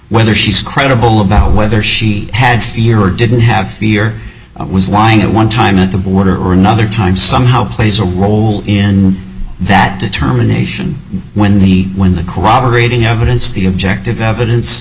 whether she's credible about whether she had fewer didn't have fear was lying at one time at the border or another time somehow plays a role in that determination when the when the corroborating evidence the objective